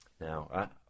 now